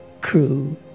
crew